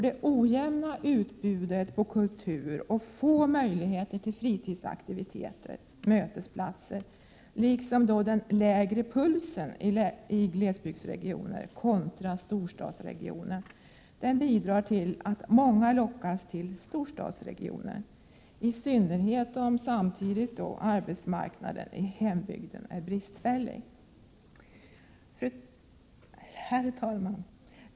Det ojämna utbudet på kultur och få möjligheter till fritidsaktiviteter, mötesplatser, liksom den lägre ”pulsen” i glesbygdsregioner kontra storstadsregionen bidrar till att många lockas till storstadsregionen, i synnerhet om samtidigt arbetsmarknaden i hembygden är bristfällig. Herr talman!